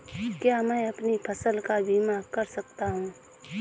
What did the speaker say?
क्या मैं अपनी फसल का बीमा कर सकता हूँ?